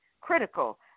critical